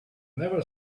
never